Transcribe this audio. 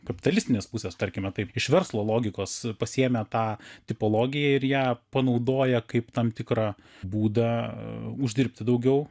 kapitalistinės pusės tarkime taip iš verslo logikos pasiėmę tą tipologiją ir ją panaudoję kaip tam tikrą būdą uždirbti daugiau